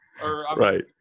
Right